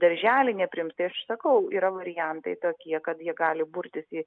į darželį neprims tai aš sakau yra variantai tokie kad jie gali burtis į